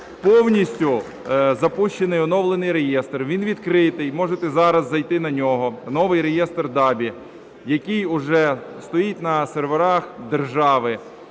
повністю запущений оновлений реєстр, він відкритий, можете зараз зайти на нього, новий реєстр ДАБІ, який уже стоїть на серверах держави,